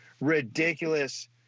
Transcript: ridiculous